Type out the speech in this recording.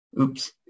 oops